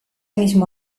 mismo